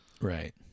Right